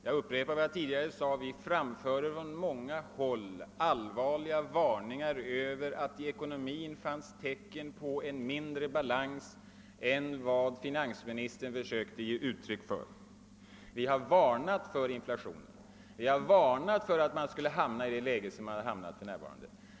Jag upprepar vad jag tidigare sade: Vi framförde från vårt hål: allvarliga varningar för att det i ekonomin fanns tecken på en sämre balans än vad finansministern försökte ge uttryck för. Vi har varnat för inflation. Vi har varnat för att man skulle hamna i det läge som vi nu har hamnat i.